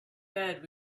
bed